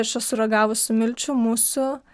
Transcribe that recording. aš esu ragavusi milčių musių